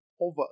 over